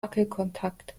wackelkontakt